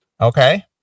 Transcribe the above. Okay